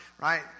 Right